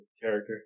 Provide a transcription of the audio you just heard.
character